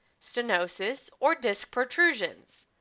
stenosis, or disc protrusions.